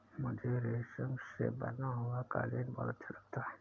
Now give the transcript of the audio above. मुझे रेशम से बना हुआ कालीन बहुत अच्छा लगता है